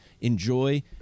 Enjoy